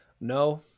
No